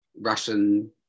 Russian